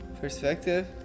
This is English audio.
Perspective